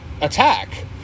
attack